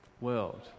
world